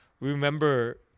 Remember